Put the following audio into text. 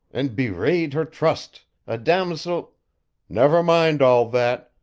and bewrayed her trust, a damosel never mind all that,